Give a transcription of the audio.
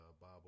Bob